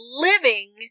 living